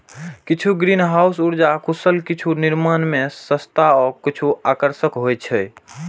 किछु ग्रीनहाउस उर्जा कुशल, किछु निर्माण मे सस्ता आ किछु आकर्षक होइ छै